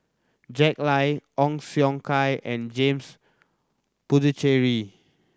Jack Lai Ong Siong Kai and James Puthucheary